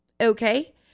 Okay